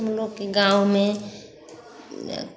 हम लोग के गाँव में